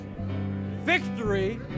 victory